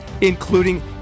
including